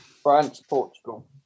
France-Portugal